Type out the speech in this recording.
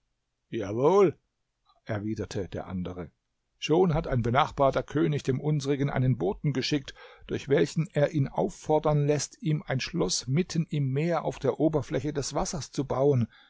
jawohl erwiderte der andere schon hat ein benachbarter könig dem unsrigen einen boten geschickt durch welchen er ihn auffordern läßt ihm ein schloß mitten im meer auf der oberfläche des wassers zu bauen